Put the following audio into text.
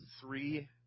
three